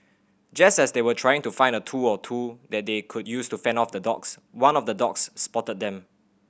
just as they were trying to find a tool or two that they could use to fend off the dogs one of the dogs spotted them